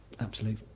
absolute